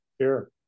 Sure